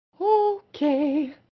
Okay